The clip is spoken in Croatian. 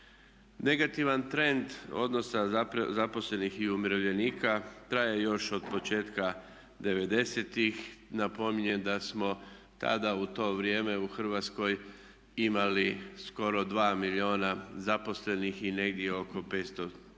Negativan trend odnosa zaposlenih i umirovljenika traje još od početka '90-ih. Napominjem da smo tada u to vrijeme u Hrvatskoj imali skoro 2 milijuna zaposlenih i negdje oko 500 tisuća